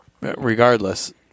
regardless